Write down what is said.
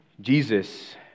Jesus